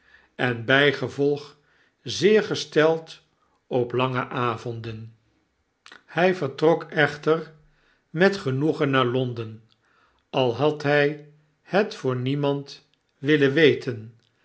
en bygevolg zeer gesteld op lange avonden hij vertrok echter met genoegen naar l o n d e n al had hy het voor niemand wilien weten